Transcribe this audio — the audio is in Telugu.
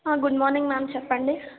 గుడ్ మార్నింగ్ మ్యామ్ చెప్పండి